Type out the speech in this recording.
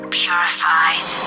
purified